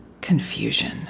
Confusion